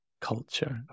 Culture